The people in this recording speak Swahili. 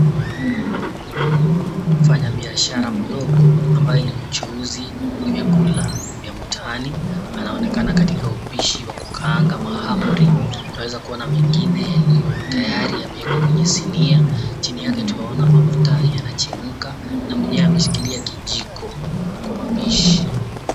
Mfanya biashara mdogo ambae ni mchuuzi wa vyakula vya mtaani anaonekana katika upishi wa kukaanga mahamri twaweza kuona mengine yaliyotayari yameekwa kwenye sinia chini yake tunaona mafuta yanachemka na mwenyewe ameshikilia kijiko kwa mapishi.